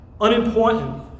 unimportant